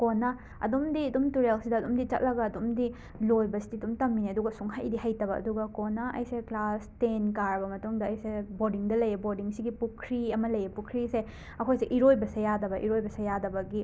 ꯀꯣꯟꯅ ꯑꯗꯨꯝꯗꯤ ꯑꯗꯨꯝ ꯇꯨꯔꯦꯜꯁꯤꯗ ꯑꯗꯨꯝꯗꯤ ꯆꯠꯂꯒ ꯑꯗꯨꯝꯗꯤ ꯂꯣꯏꯕꯁꯦ ꯑꯗꯨꯝ ꯇꯝꯃꯤꯅꯦ ꯑꯗꯨꯒ ꯁꯨꯡꯍꯩꯗꯤ ꯍꯩꯇꯕ ꯑꯗꯨꯒ ꯀꯣꯟꯅ ꯑꯩꯁꯦ ꯀ꯭ꯂꯥꯁ ꯇꯦꯟ ꯀꯥꯔꯕ ꯃꯇꯨꯡꯗ ꯑꯩꯁꯦ ꯕꯣꯔꯗꯤꯡꯗ ꯂꯩꯌꯦ ꯕꯣꯔꯗꯤꯡꯁꯤꯒꯤ ꯄꯨꯈ꯭ꯔꯤ ꯑꯃ ꯂꯩꯌꯦ ꯄꯨꯈ꯭ꯔꯤꯁꯦ ꯑꯩꯈꯣꯏꯁꯦ ꯏꯔꯣꯏꯕꯁꯦ ꯌꯥꯗꯕ ꯏꯔꯣꯏꯕꯁꯦ ꯌꯥꯗꯕꯒꯤ